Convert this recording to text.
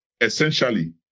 Essentially